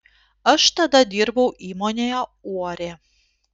aš tada dirbau įmonėje uorė